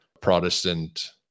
Protestant